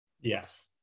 Yes